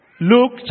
Luke